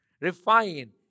Refine